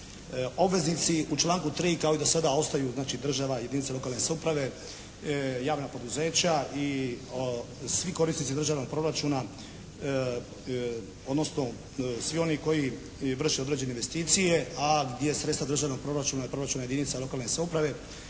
Obveznici u članku 3. kao i do sada ostaju znači država, jedinica lokalne samouprave, javna poduzeća i svi korisnici državnog proračuna odnosno svi oni koji vrše određene investicije a gdje sredstva državnog proračuna i proračuna jedinica lokalne samouprave